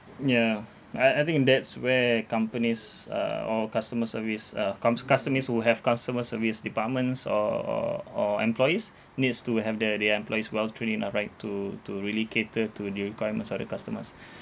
ya I I think that's where companies uh or customer service uh coms~ companies will have customer service departments or or or employees needs to have their the employees well trained enough right to to really cater to the requirements of the customers